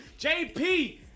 JP